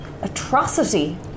atrocity